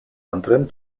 anderem